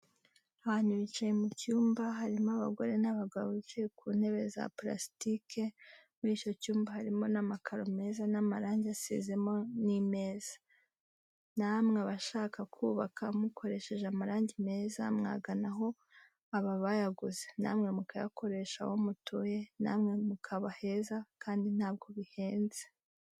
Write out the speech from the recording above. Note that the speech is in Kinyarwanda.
Abantu bicaye mu cyumba harimo abagore n'abagabo bicaye ku ntebe za purasitike, muri icyo cyumba harimo amakaro meza n'amarangi asizemo n'imeza. Namwe abashaka kubaka mukoresheje amarangi meza mwagana aho aba bayaguze namwe mukayakoresha aho mutuye namwe mukaba heza kandi ntabwo bihenze.